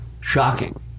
shocking